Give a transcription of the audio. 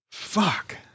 Fuck